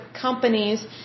companies